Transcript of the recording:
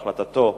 על החלטתו